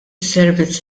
servizz